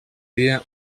dia